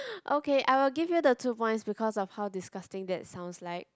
okay I will give you the two points because of how disgusting that sounds like